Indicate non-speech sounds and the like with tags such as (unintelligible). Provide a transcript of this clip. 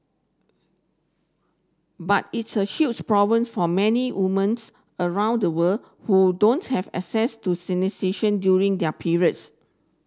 but it's a huge problems for many women (unintelligible) around the world who don't have access to sanitation during their periods